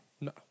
No